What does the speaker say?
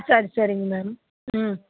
சரி சரிங்க மேம் ம்